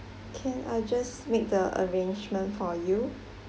can I'll just make the arrangement for you